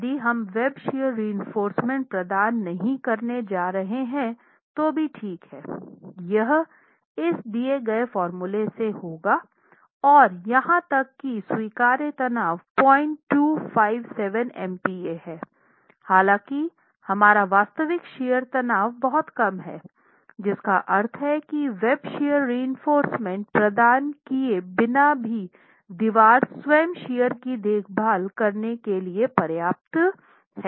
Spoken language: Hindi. यदि हम वेब शियर रीइनफोर्रसमेंट प्रदान नहीं करने जा रहे हैं तो भी ठीक हैं यह होगा और और यहां तक कि स्वीकार्य तनाव 0257 MPa है हालाँकि हमारावास्तविक शियरतनाव बहुत कम है जिसका अर्थ है कि वेब शियर रीइनफोर्रसमेंट प्रदान किए बिना भी दीवार स्वयं शियर की देखभाल करने के लिए पर्याप्त है